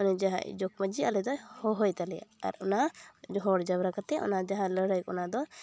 ᱚᱱᱮ ᱡᱟᱦᱟᱸᱭ ᱡᱚᱜᱽᱼᱢᱟᱺᱡᱷᱤ ᱟᱞᱮᱫᱚᱭ ᱦᱚᱦᱚᱭ ᱛᱟᱞᱮᱭᱟ ᱟᱨ ᱚᱱᱟ ᱦᱚᱲ ᱡᱟᱣᱨᱟ ᱠᱟᱛᱮ ᱚᱱᱟ ᱡᱟᱦᱟᱸ ᱞᱟᱹᱲᱦᱟᱹᱭ ᱚᱱᱟᱫᱚ